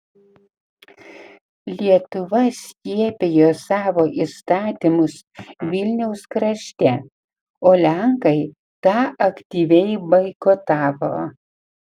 lietuva skiepijo savo įstatymus vilniaus krašte o lenkai tą aktyviai boikotavo